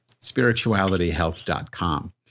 spiritualityhealth.com